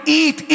eat